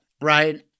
right